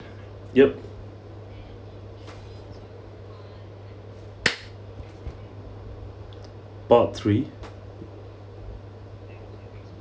yup part three